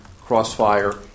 Crossfire